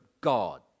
God